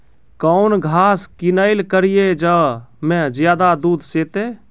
कौन घास किनैल करिए ज मे ज्यादा दूध सेते?